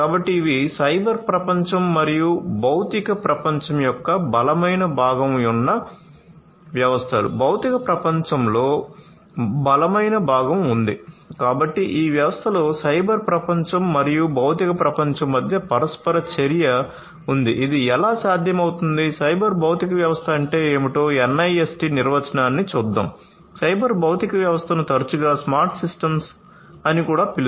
కాబట్టి ఇవి సైబర్ ప్రపంచం మరియు భౌతిక ప్రపంచం యొక్క బలమైన భాగం ఉన్న వ్యవస్థలు